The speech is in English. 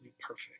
perfect